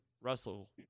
russell